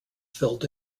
filled